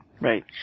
Right